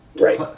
Right